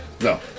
No